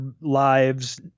lives